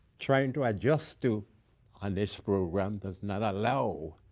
trying to adjust to on this program does not allow